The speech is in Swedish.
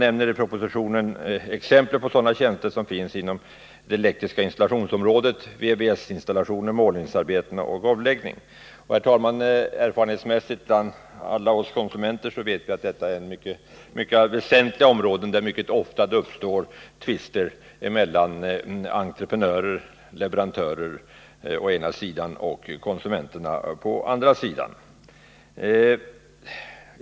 I propositionen nämns som exempel på sådana tjänster: elektriska installationer, VVS-installationer, målningsarbeten och golvbeläggning. Herr talman! Erfarenhetsmässigt vet alla konsumenter att det här är mycket väsentliga områden, där det mycket ofta uppstår tvister mellan entreprenörer och leverantörer å ena sidan och konsumenter å andra sidan.